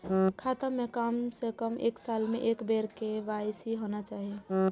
खाता में काम से कम एक साल में एक बार के.वाई.सी होना चाहि?